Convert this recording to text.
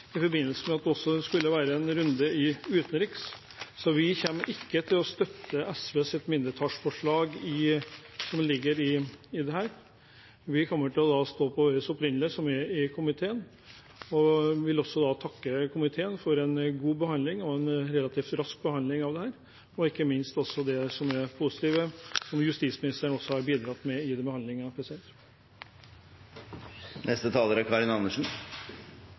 i forbindelse med at det også skulle være en runde i utenriks, så vi kommer ikke til å støtte SVs mindretallsforslag, men vi kommer til å stå på vårt opprinnelige forslag, som er i komiteen. Jeg vil også takke komiteen for en god og relativt rask behandling av dette og ikke minst også det positive som justisministeren har bidratt med i